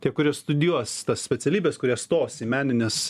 tie kurie studijuos tas specialybes kurie stos į menines